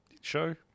show